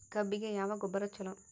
ಕಬ್ಬಿಗ ಯಾವ ಗೊಬ್ಬರ ಛಲೋ?